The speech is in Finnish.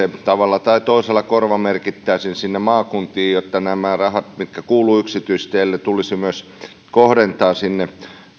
tavalla tai toisella korvamerkittäisiin sinne maakuntiin nämä rahat mitkä kuuluvat yksityisteille tulisi myös kohdentaa sinne